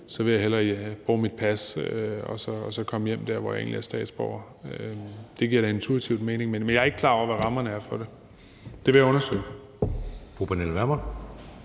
at man hellere vil bruge sit pas og så komme hjem til der, hvor man egentlig er statsborger. Det giver da intuitivt mening. Men jeg er ikke klar over, hvad rammerne er for det. Det vil jeg undersøge.